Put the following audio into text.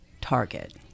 target